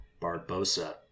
Barbosa